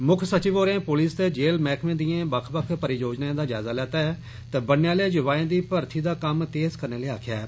मुक्ख सचिव होरें पुलिस ते जेल मैह्कमें दिएं बक्ख बक्ख परियोजनाएं दा जायजा लैता ऐ ते ब'न्ने आले युवाएं दी मर्थी दा कम्म तेज़ करने लेई आक्खेआ ऐ